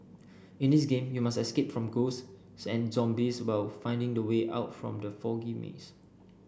in this game you must escape from ghosts and zombies while finding the way out from the foggy maze